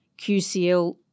QCL